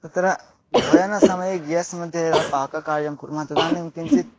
तत्र भोजनसमये ग्यास्मध्ये यदा पाककार्यं कुर्मः तदानीं किञ्चित्